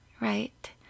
right